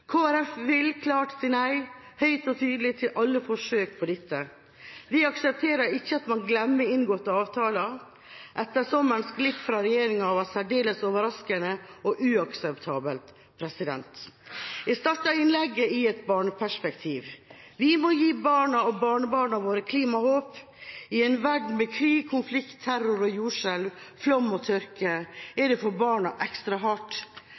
Folkeparti vil si klart nei – høyt og tydelig – til alle forsøk på dette. Vi aksepterer ikke at man glemmer inngåtte avtaler. Ettersommerens glipp fra regjeringa var særdeles overraskende og uakseptabel. Jeg startet innlegget i et barneperspektiv. Vi må gi barna og barnebarna våre klimahåp. I en verden med krig, konflikt, terror, jordskjelv, flom og tørke er det for barna ekstra hardt.